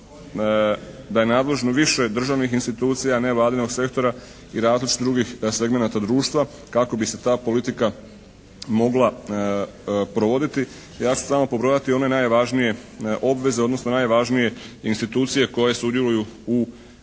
da je nadležno više državnih institucija nevladinog sektora i različitih drugih segmenata društva kako bi se ta politika mogla provoditi. Ja ću samo pobrojati one najvažnije obveze, odnosno najvažnije institucije koje sudjeluju u provođenju